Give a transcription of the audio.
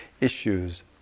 issues